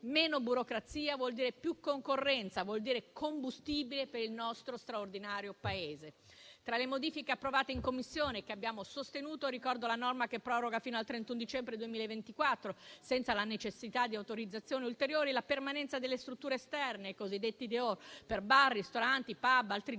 Meno burocrazia vuol dire più concorrenza e combustibile per il nostro straordinario Paese. Tra le modifiche approvate in Commissione che abbiamo sostenuto, ricordo la norma che proroga fino al 31 dicembre 2024, senza la necessità di autorizzazioni ulteriori, la permanenza delle strutture esterne, i cosiddetti *dehors*, per bar, ristoranti, *pub* e altri gestori